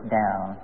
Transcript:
down